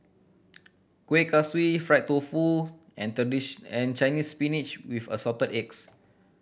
Kuih Kaswi fried tofu and Chinese Spinach with Assorted Eggs